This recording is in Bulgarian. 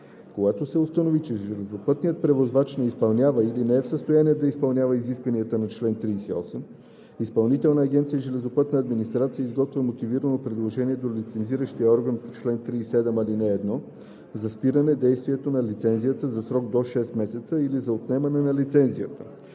Когато се установи, че железопътният превозвач не изпълнява или не е в състояние да изпълнява изискванията на чл. 38, Изпълнителна агенция „Железопътна администрация“ изготвя мотивирано предложение до лицензиращия орган по чл. 37, ал. 1 за спиране действието на лицензията за срок до 6 месеца или за отнемане на лицензията.